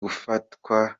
gufatwa